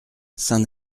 saint